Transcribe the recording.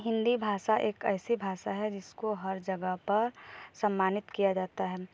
हिंदी भाषा एक ऐसी भाषा है जिसको हर जगह पर सम्मानित किया जाता है